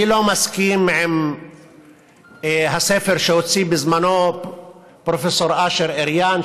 אני לא מסכים עם הספר שהוציא בזמנו פרופסור אשר אריאן,